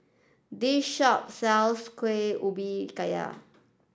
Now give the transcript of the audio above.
this shop sells Kueh Ubi Kayu